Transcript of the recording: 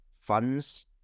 funds